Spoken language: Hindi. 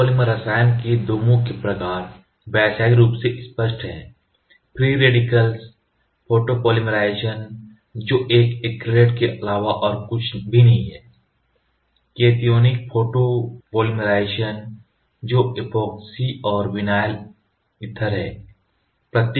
फोटोपॉलीमर रसायन के दो मुख्य प्रकार व्यावसायिक रूप से स्पष्ट हैं फ्री रेडिकल फोटोपॉलीमराइज़ेशन जो एक एक्रिलेट्स के अलावा और कुछ भी नहीं है कतिओनिक फोटोपॉलीमराइज़ेशन जो ऐपोक्सी और विनाइल ईथर है